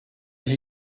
hier